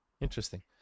Interesting